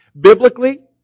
Biblically